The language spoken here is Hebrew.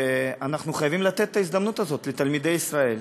ואנחנו חייבים לתת את ההזדמנות הזאת לתלמידי ישראל.